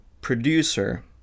producer